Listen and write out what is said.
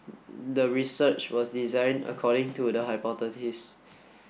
the research was designed according to the hypothesis